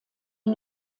die